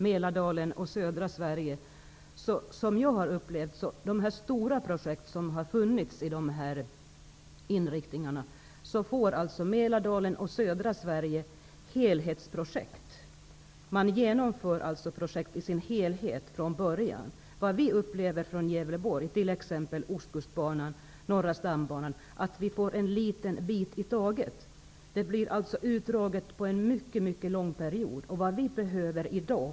Mälardalen och södra Sverige får helhetsprojekten, dvs. sådana projekt som genomförs i sin helhet, från början till slut. Vi från Gävleborg upplever det så, att vi får en liten bit i taget, t.ex. när det gäller Ostkustbanan och norra stambanan. Projekten blir alltså utdragna över en mycket lång period.